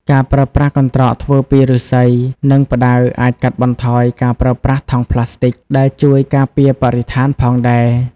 ការប្រើប្រាស់កន្ត្រកធ្វើពីឫស្សី និងផ្តៅអាចកាត់បន្ថយការប្រើប្រាស់ ថង់ប្លាស្ទិក ដែលជួយការពារបរិស្ថានផងដែរ។